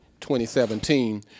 2017